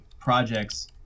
projects